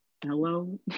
Hello